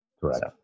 Correct